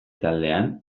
taldean